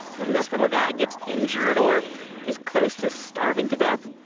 when this little guy gets injured or is close to starving to death,